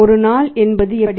ஒரு நாள் என்பதுஎப்படி